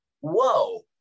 Whoa